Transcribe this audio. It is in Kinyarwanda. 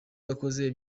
yakoze